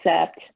accept